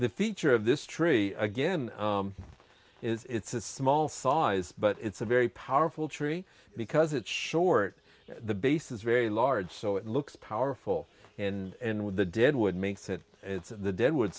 the feature of this tree again is it's a small size but it's a very powerful tree because it's short the base is very large so it looks powerful and with the dead wood makes it it's the dead wood